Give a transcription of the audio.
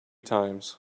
times